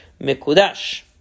mekudash